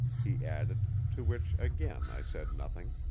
he added to which again i said nothing.